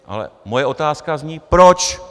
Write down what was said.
Ale moje otázka zní proč?